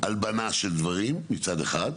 הלבנה של דברים, מצב אחד.